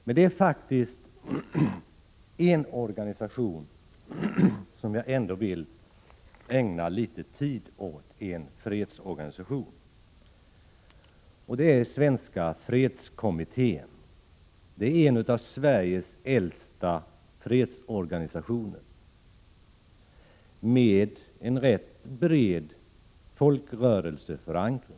Men det är faktiskt en fredsorganisation som jag ändå vill ägna litet tid åt, och det är Svenska fredskommittén. Detta är en av Sveriges äldsta fredsorganisationer, med en rätt bred folkrörelseförankring.